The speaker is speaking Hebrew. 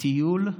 טיול,